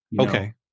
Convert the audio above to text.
Okay